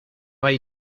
hay